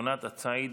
עונת הציד.